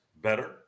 better